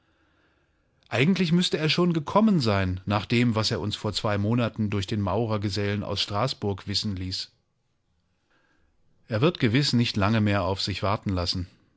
eigentlich müßte er schon gekommen sein nach dem was er uns vor zwei monaten durch den maurergesellen aus straßburg wissen ließ er wird gewiß nicht lange mehr auf sich warten lassen